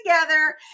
together